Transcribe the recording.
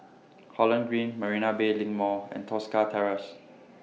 Holland Green Marina Bay LINK Mall and Tosca Terrace